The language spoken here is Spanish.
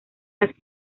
las